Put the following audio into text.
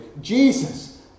Jesus